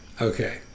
Okay